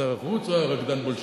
שר החוץ או רקדן ב"בולשוי"?